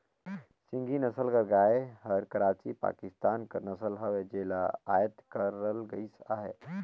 सिंघी नसल कर गाय हर कराची, पाकिस्तान कर नसल हवे जेला अयात करल गइस अहे